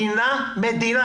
מדינה מדינה.